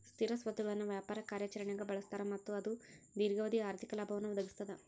ಸ್ಥಿರ ಸ್ವತ್ತುಗಳನ್ನ ವ್ಯಾಪಾರ ಕಾರ್ಯಾಚರಣ್ಯಾಗ್ ಬಳಸ್ತಾರ ಮತ್ತ ಅದು ದೇರ್ಘಾವಧಿ ಆರ್ಥಿಕ ಲಾಭವನ್ನ ಒದಗಿಸ್ತದ